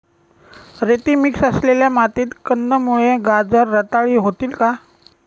रेती मिक्स असलेल्या मातीत कंदमुळे, गाजर रताळी होतील का?